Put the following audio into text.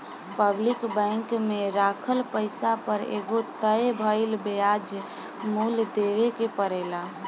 public bank में राखल पैसा पर एगो तय भइल ब्याज मूल्य देवे के परेला